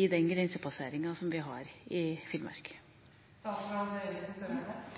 gjelder den grensepasseringa som vi har i